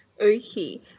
Okay